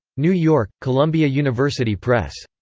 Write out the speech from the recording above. new york columbia university press.